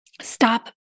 Stop